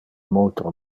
multo